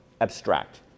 abstract